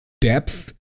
depth